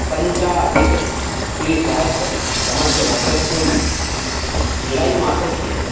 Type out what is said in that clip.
पञ्चाधिकद्विसहस्रतमस्य वर्षस्य जुलै मासस्य